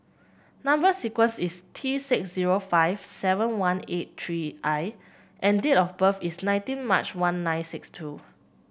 number sequence is T six zero five seven one eight three I and date of birth is nineteen March one nine six two